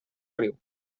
riu